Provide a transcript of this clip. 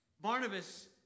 Barnabas